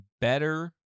better